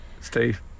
Steve